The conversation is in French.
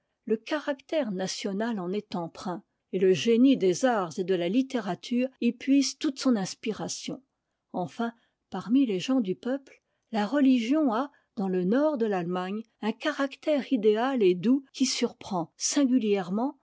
le caractère national en est empreint et le génie des arts et de la littérature y puise toute son inspiration enfin parmi les gens du peuple la religion a dans le nord de l'allemagne un caractère idéal et doux qui surprend singulièrement